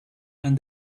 and